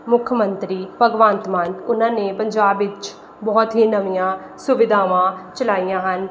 ਮੁੱਖ ਮੰਤਰੀ ਭਗਵੰਤ ਮਾਨ ਉਨਾਂ ਨੇ ਪੰਜਾਬ ਵਿੱਚ ਬਹੁਤ ਹੀ ਨਵੀਆਂ ਸੁਵਿਧਾਵਾਂ ਚਲਾਈਆਂ ਹਨ